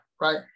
Right